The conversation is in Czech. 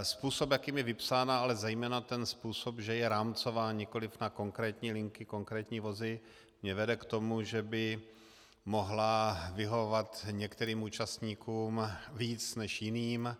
Způsob, jakým je vypsána, ale zejména ten způsob, že je rámcová, nikoli na konkrétní linky, konkrétní vozy, mě vede k tomu, že by mohla vyhovovat některým účastníkům víc než jiným.